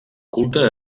culte